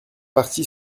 parti